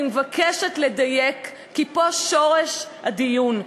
אני מבקשת לדייק כי פה שורש הדיון,